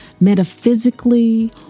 metaphysically